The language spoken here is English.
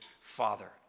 father